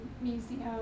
Museum